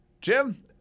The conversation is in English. Jim